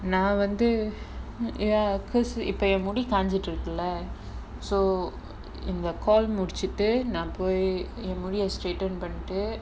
நா வந்து:naa vanthu eh of course இப்ப என் முடி காஞ்சிட்டு இருக்குல:ippa en mudi kaanjitu irukula so இந்த:intha call முடிச்சிட்டு நா போய் என் முடிய:mudichitu naa poyi en mudiyae straighten பண்ணிட்டு:pannittu